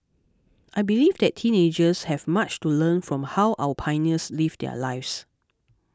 I believe that teenagers have much to learn from how our pioneers lived their lives